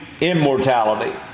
immortality